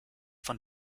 von